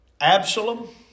Absalom